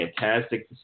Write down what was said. fantastic